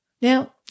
Now